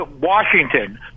Washington